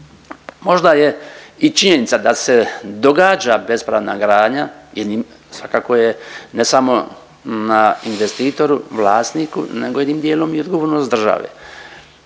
možda je i činjenica da se događa bespravna gradnja svakako je ne samo na investitoru, vlasniku, nego jednim dijelom i odgovornost države